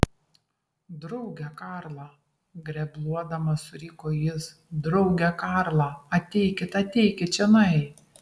drauge karla grebluodamas suriko jis drauge karla ateikit ateikit čionai